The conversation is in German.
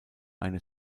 eine